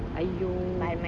aiyo